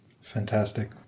Fantastic